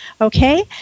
Okay